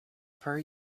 per